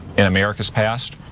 in america's past,